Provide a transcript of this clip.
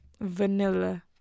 vanilla